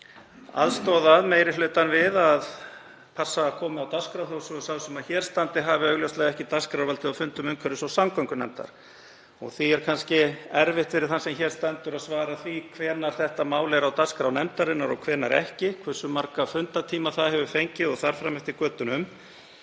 aðstoðað meiri hlutann við að passa upp á að komi á dagskrá, þó svo að sá sem hér stendur hafi augljóslega ekki dagskrárvaldið á fundum umhverfis- og samgöngunefndar. Því er kannski erfitt fyrir þann sem hér stendur að svara því hvenær þetta mál er á dagskrá nefndarinnar og hvenær ekki, hversu marga fundartíma það hefur fengið og þar fram eftir götunum.